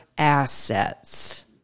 assets